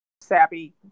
sappy